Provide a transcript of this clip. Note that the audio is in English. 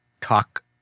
talk